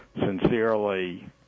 sincerely